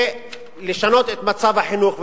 זה לשנות את מצב החינוך.